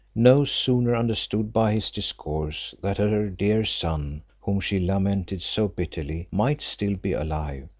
no sooner understood by his discourse that her dear son, whom she lamented so bitterly, might still be alive,